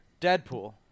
Deadpool